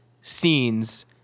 scenes